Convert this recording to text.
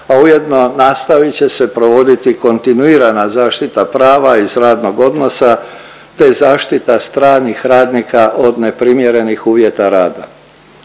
a ujedno, nastavit će se provoditi kontinuirana zaštita prava iz radnog odnosa te zaštita stranih radnika od neprimjerenih uvjeta rada.